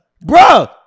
Bro